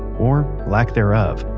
or lack thereof.